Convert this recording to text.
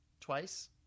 Twice